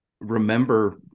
Remember